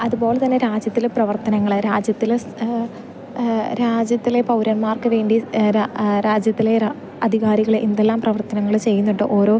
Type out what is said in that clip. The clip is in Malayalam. അത്പോലെ തന്നെ രാജ്യത്തിൽ പ്രവർത്തനങ്ങൾ രാജ്യത്തിൽ രാജ്യത്തിലെ പൗരന്മാർക്ക് വേണ്ടി രാജ്യത്തിലെ ര അധികാരികൾ എന്തെല്ലാം പ്രവർത്തനങ്ങൾ ചെയ്യുന്നുണ്ടോ ഓരോ